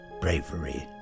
bravery